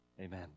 amen